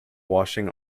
washing